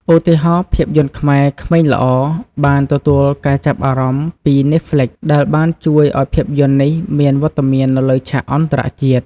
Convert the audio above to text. ឧទាហរណ៍ ភាពយន្តខ្មែរ ក្មេងល្អ បានទទួលការចាប់អារម្មណ៍ពី Netflix ដែលបានជួយឲ្យភាពយន្តនេះមានវត្តមាននៅលើឆាកអន្តរជាតិ។